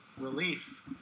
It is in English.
relief